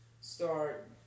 start